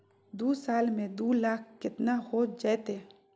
दू साल में दू लाख केतना हो जयते?